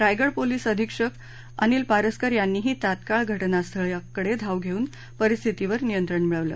Raigad police अधीक्षक अनिल पारस्कर यांनीही तात्काळ घटनास्थळाकडे धाव घेऊन परिस्थितीवर नियंत्रण मिळवलं